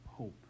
hope